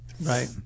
Right